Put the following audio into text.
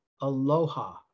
Aloha